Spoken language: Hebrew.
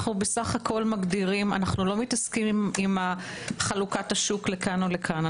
אנחנו בסך הכול מגדירים אנו לא מתעסקים עם חלוקת השוק לכאן או לכאן.